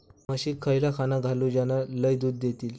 म्हशीक खयला खाणा घालू ज्याना लय दूध देतीत?